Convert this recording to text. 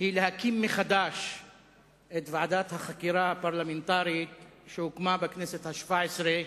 היא להקים מחדש את ועדת החקירה הפרלמנטרית שהוקמה בכנסת השבע-עשרה